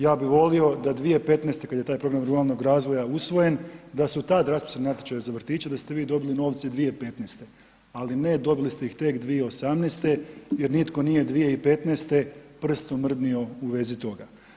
Ja bi volio da 2015. kad je taj program ruralnog razvoja usvojen, da su tad raspisani natječaji za vrtiće, da ste vi dobili novce 2015. ali ne dobili ste ih tek 2018. jer nitko nije 2015. prstom mrdnio u vezi toga.